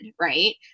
Right